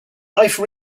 life